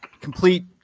complete